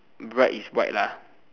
bride is white lah